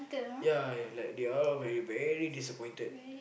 yeah yeah like they all very very disappointed